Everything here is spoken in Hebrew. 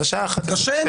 קשה.